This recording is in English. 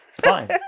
fine